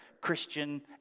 Christian